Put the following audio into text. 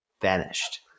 vanished